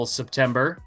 september